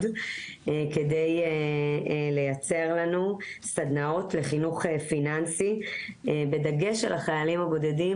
כדי לייצר לנו סדנאות לחינוך פיננסי בדגש על החיילים הבודדים,